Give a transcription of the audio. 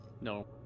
No